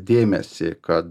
dėmesį kad